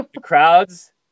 crowds